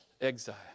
exile